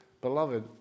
Beloved